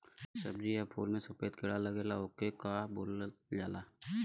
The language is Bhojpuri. सब्ज़ी या फुल में सफेद कीड़ा लगेला ओके का बोलल जाला?